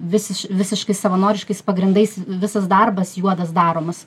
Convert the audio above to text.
visiš visiškai savanoriškais pagrindais visas darbas juodas daromas